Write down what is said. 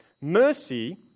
mercy